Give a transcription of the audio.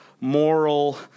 moral